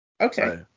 Okay